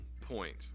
point